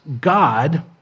God